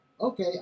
Okay